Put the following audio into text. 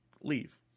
leave